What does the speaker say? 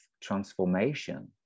transformation